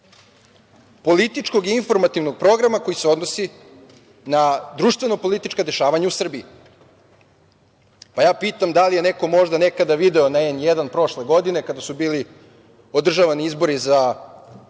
političkog i informativnog programa koji se odnosi na društveno-politička dešavanja u Srbiji. Pa, ja pitam da li neko možda nekada video na N1 prošle godine kada su bili održavani izbori za